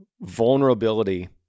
vulnerability